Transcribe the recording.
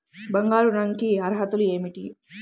బంగారు ఋణం కి అర్హతలు ఏమిటీ?